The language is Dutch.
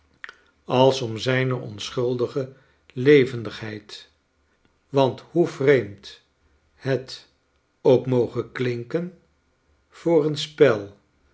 als om zijne onschuldige levendigheid want hoe vreemd hoe ook moge klinken voor een spel